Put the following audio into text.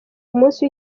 umunsi